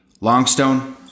Longstone